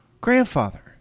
grandfather